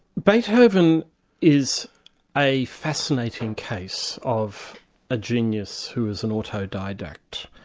beethoven is a fascinating case of a genius who was an autodidact.